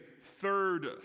third